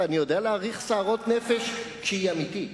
ואני יודע להעריך סערת נפש כשהיא אמיתית.